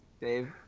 Dave